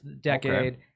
decade